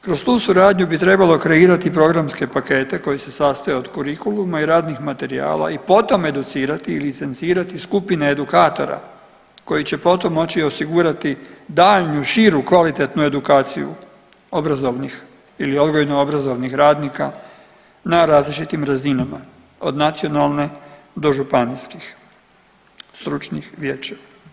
Kroz tu suradnju bi trebalo kreirati programske pakete koji se sastoje od kurikuluma i radnih materijala i potom educirati i licencirati skupine edukatora koji će potom moći osigurati daljnju širu kvalitetnu edukaciju obrazovnih ili odgojno-obrazovnih radnika na različitim razinama od nacionalne do županijskih, stručnih vijeća.